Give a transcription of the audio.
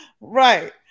Right